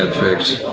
fixed.